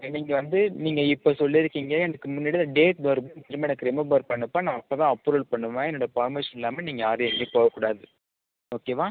இன்றைக்கு வந்து நீங்கள் இப்போ சொல்லிருக்கிங்க எனக்கு முன்னாடியே இந்த டேட் ரிமம்பர் பண்ணுப்பா நான் அப்போ தான் அப்ருவல் பண்ணுவேன் என்னோட பர்மிஷன் இல்லாமல் நீங்கள் யாரும் எங்கேயும் போகக்கூடாது ஓகேவா